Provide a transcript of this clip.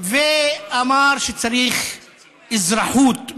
מדריכי התיירות מירושלים,) ואמר שצריך אזרחות,